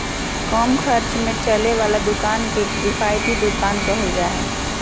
कम खर्च में चले वाला दुकान के किफायती दुकान कहल जा हइ